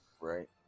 right